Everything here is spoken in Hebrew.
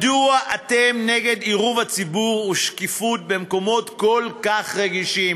מדוע אתם נגד עירוב הציבור ושקיפות במקומות כל כך רגישים?